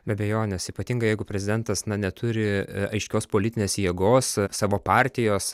be abejonės ypatingai jeigu prezidentas na neturi aiškios politinės jėgos savo partijos